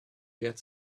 get